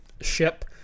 ship